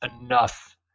enough